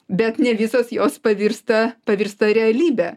bet ne visos jos pavirsta pavirsta realybe